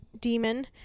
demon